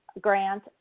Grant